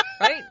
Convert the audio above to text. Right